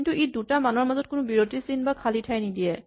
কিন্তু ই দুটা মানৰ মাজত কোনো বিৰতি চিন বা খালী ঠাই দি নিদিয়ে